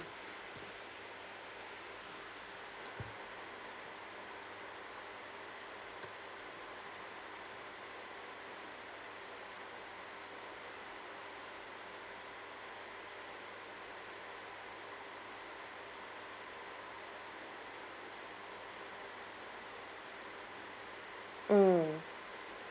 mm